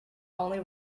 only